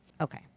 Okay